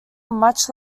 much